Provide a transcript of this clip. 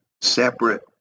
separate